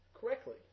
correctly